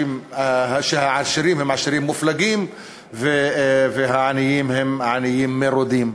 שהעשירים הם עשירים מופלגים והעניים הם עניים מרודים.